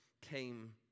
came